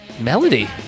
Melody